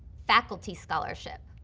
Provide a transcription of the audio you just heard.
faculty scholarship.